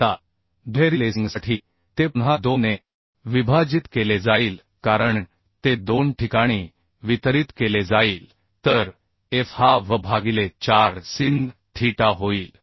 आता दुहेरी लेसिंगसाठी ते पुन्हा 2 ने विभाजित केले जाईल कारण ते दोन ठिकाणी वितरित केले जाईल तर F हा V भागिले 4 sin थीटा होईल